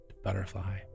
butterfly